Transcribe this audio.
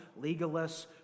legalists